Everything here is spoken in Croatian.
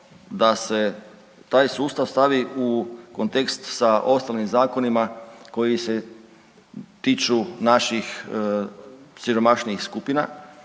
da se taj sustav stavi u kontekst sa ostalim zakonima koji se tiču naših siromašnijih skupina